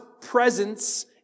presence